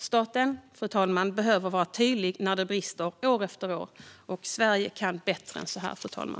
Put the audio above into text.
Staten behöver, fru talman, vara tydlig när det brister år efter år. Sverige kan bättre än så här, fru talman.